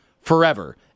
Forever